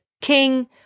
King